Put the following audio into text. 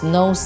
no